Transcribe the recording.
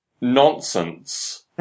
nonsense